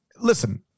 listen